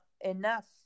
enough